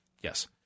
Yes